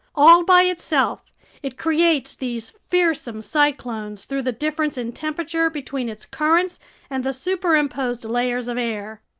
all by itself it creates these fearsome cyclones through the difference in temperature between its currents and the superimposed layers of air.